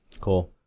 Cool